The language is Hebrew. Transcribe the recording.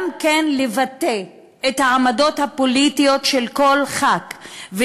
כן לבטא את העמדות הפוליטיות של כל חבר כנסת,